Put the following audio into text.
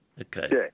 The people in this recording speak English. Okay